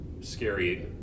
scary